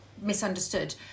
misunderstood